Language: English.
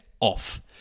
off